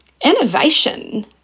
innovation